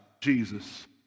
Jesus